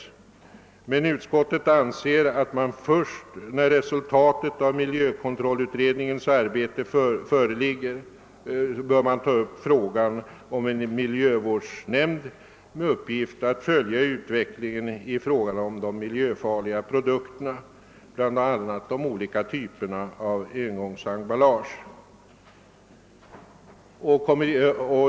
Utskottet anser emellertid att man först när resultatet av miljökontrollutredningens arbete föreligger bör ta upp frågan om en miljövårdsnämnd med uppgift att följa utvecklingen i fråga om de miljöfarliga produkterna, bl.a. de olika typerna av engångsemballage.